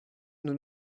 nous